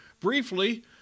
briefly